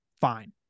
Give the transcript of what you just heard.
fine